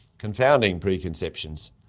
confounding preconceptions.